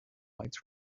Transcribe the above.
lights